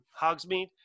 Hogsmeade